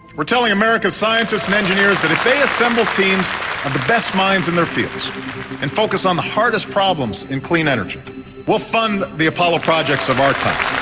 are telling america's scientists and engineers that if they assemble teams of the best minds in their fields and focus on the hardest problems in clean energy, we will fund the apollo projects of our time.